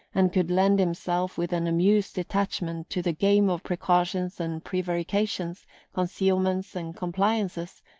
and could lend himself with an amused detachment to the game of precautions and prevarications, concealments and compliances,